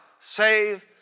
save